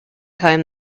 time